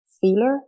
feeler